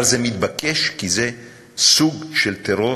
אבל זה מתבקש, כי זה סוג של טרור